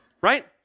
Right